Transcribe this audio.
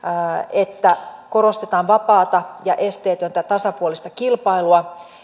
että korostetaan vapaata ja esteetöntä tasapuolista kilpailua